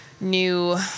new